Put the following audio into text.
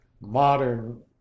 modern